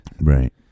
right